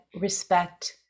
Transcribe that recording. respect